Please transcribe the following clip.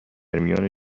میان